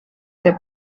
que